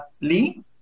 Lee